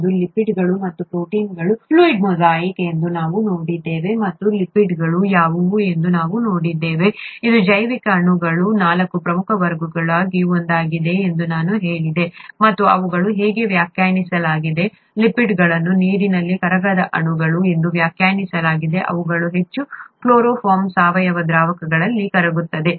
ಇದು ಲಿಪಿಡ್ಗಳು ಮತ್ತು ಪ್ರೋಟೀನ್ಗಳ ಫ್ಲೂಯಿಡ್ ಮೊಸಾಯಿಕ್ ಎಂದು ನಾವು ನೋಡಿದ್ದೇವೆ ಮತ್ತು ಲಿಪಿಡ್ಗಳು ಯಾವುವು ಎಂದು ನಾವು ನೋಡಿದ್ದೇವೆ ಇದು ಜೈವಿಕ ಅಣುಗಳ ನಾಲ್ಕು ಪ್ರಮುಖ ವರ್ಗಗಳಲ್ಲಿ ಒಂದಾಗಿದೆ ಎಂದು ನಾನು ಹೇಳಿದೆ ಮತ್ತು ಅವುಗಳನ್ನು ಹೀಗೆ ವ್ಯಾಖ್ಯಾನಿಸಲಾಗಿದೆ ಲಿಪಿಡ್ಗಳನ್ನು ನೀರಿನಲ್ಲಿ ಕರಗದ ಅಣುಗಳು ಎಂದು ವ್ಯಾಖ್ಯಾನಿಸಲಾಗಿದೆ ಅವುಗಳು ಹೆಚ್ಚು ಕ್ಲೋರೊಫಾರ್ಮ್ನಂತಹ ಸಾವಯವ ದ್ರಾವಕಗಳಲ್ಲಿ ಕರಗುತ್ತವೆ